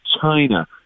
China